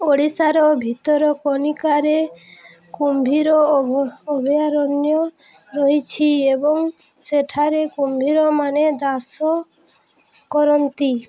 ଓଡ଼ିଶାର ଭିତରକନିକାରେ କୁମ୍ଭୀର ଅଭୟାରଣ୍ୟ ରହିଛି ଏବଂ ସେଠାରେ କୁମ୍ଭୀରମାନେ ବାସ କରନ୍ତି